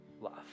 love